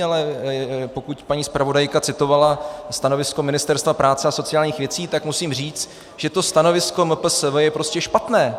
Ale pokud paní zpravodajka citovala stanovisko Ministerstva práce a sociálních věcí, tak musím říct, že to stanovisko MPSV je prostě špatné!